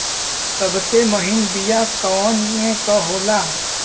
सबसे महीन बिया कवने के होला?